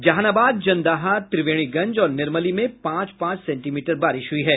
जहानाबाद जन्दाहा त्रिवेणीगंज और निर्मली में पांच पांच सेंटीमीटर बारिश हुई है